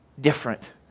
different